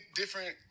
different